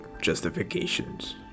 justifications